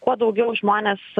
kuo daugiau žmonės